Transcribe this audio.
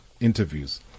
interviews